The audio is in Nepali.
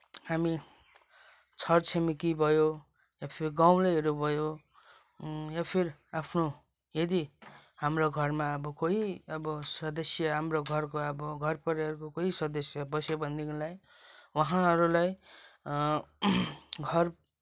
हामी छर छिमेकी भयो या फिर गाउँलेहरू भयो या फिर अफ्नो यदि हाम्रो घरमा अब कोही अब सदस्य हाम्रो घरको अब घर परिवारको कोही सदस्य बस्यो भनेदेखिलाई उहाँहरूलाई घर